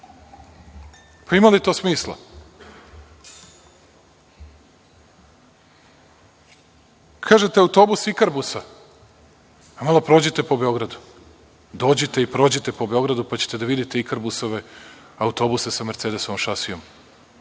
Ima li to smisla? Kažete, autobus „Ikarbusa“. Malo prođite po Beogradu, dođite i prođite po Beogradu pa ćete videti „Ikarbusove“ autobuse sa „Mercedesovom“ šasijom.